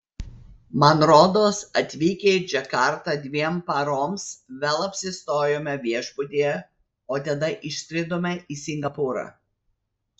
man rodos atvykę į džakartą dviem paroms vėl apsistojome viešbutyje o tada išskridome į singapūrą